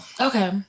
Okay